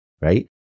Right